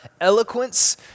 eloquence